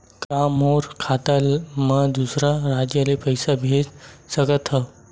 का मोर खाता म दूसरा राज्य ले पईसा भेज सकथव?